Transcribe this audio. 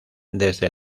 desde